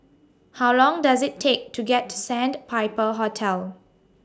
How Long Does IT Take to get to Sandpiper Hotel